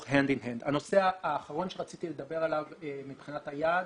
הנושא האחרון שרציתי לדבר עליו מבחינת היעד